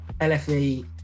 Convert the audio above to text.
LFE